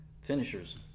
finishers